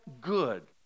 good